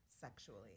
sexually